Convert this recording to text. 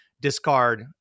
discard